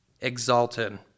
exalted